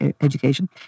education